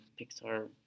Pixar